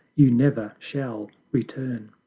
you never shall return.